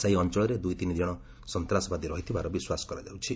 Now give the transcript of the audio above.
ସେହି ଅଞ୍ଚଳରେ ଦୁଇତିନି କଣ ସନ୍ତାସବାଦୀ ରହିଥିବାର ବିଶ୍ୱାସ କରାଯାଉଛି